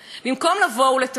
במקום לבוא ולאפשר,